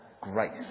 grace